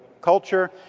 culture